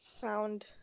found